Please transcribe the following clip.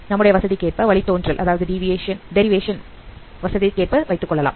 நம்முடைய வசதிக்கேற்ப வழித்தோன்றல் வசதிக்கேற்ப வைத்துக்கொள்ளலாம்